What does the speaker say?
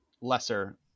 lesser